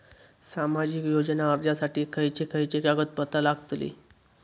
सामाजिक योजना अर्जासाठी खयचे खयचे कागदपत्रा लागतली?